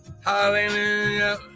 hallelujah